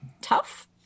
tough